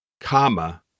comma